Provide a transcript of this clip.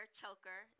choker